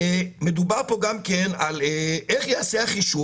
מדובר פה גם כן איך ייעשה החישוב